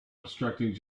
obstructing